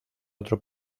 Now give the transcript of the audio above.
otro